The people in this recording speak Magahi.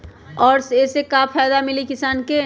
और ये से का फायदा मिली किसान के?